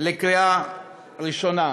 לקריאה ראשונה,